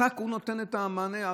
השק נותן את המענה?